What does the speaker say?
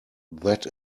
that